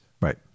Right